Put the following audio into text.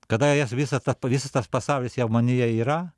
kada jas visą tą visas tas pasaulis jau manyje yra